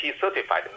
certified